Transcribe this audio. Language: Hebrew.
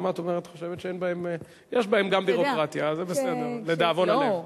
יש בהם גם ביורוקרטיה, זה בסדר, לדאבון הלב,